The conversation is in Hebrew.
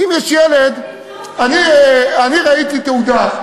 אני ראיתי תעודה.